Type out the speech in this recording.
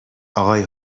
اقای